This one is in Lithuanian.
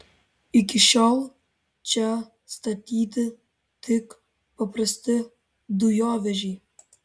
iki šiol čia statyti tik paprasti dujovežiai